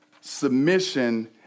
submission